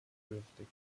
dürftig